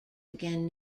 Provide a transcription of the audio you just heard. again